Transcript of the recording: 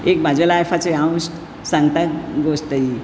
एक म्हाज्या लायफाचे हांव सांगता गोश्ट ही